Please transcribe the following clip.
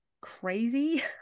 crazy